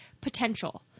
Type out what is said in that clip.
potential